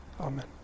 Amen